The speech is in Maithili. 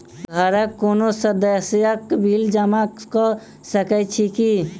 घरक कोनो सदस्यक बिल जमा कऽ सकैत छी की?